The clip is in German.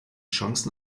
chancen